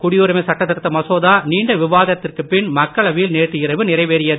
குடியுரிமை சட்ட திருத்த மசோதா நீண்ட விவாதத்திற்கு பின் மக்களவையில் நேற்று இரவு நிறைவேறியது